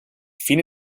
fine